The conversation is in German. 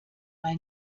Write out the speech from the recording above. bei